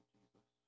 Jesus